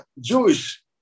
Jewish